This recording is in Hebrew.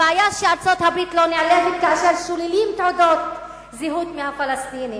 הבעיה היא שארצות-הברית לא נעלבת כאשר שוללים תעודות זהות מהפלסטינים,